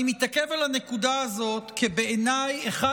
אני מתעכב על הנקודה הזאת כי בעיניי אחד